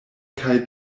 kaj